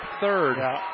third